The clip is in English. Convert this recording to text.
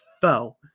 fell